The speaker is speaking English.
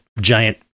giant